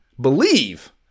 believe